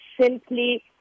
simply